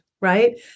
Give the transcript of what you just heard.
right